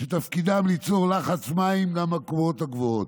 שתפקידן ליצור לחץ מים גם לקומות הגבוהות.